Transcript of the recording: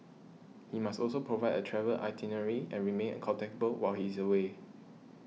he must also provide a travel itinerary and remain contactable while he's away